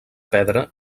pedra